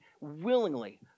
willingly